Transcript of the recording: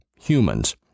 humans